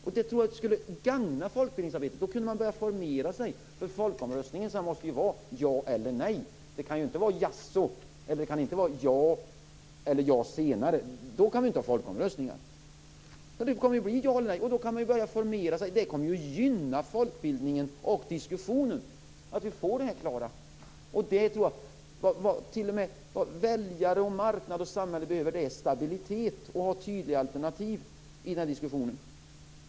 En folkomröstning skulle gagna folkbildningsarbetet. Då kan man börja formera sig. Folkomröstningen måste gälla ja eller nej. Det kan inte vara "jaså" eller "ja, senare". Då går det inte att ha en folkomröstning. Frågan får bli ja eller nej. Då går det att formera sig, och det kommer att gynna folkbildningen och diskussionen. Vad väljare, marknad och samhälle behöver är stabilitet och tydliga alternativ i diskussionen.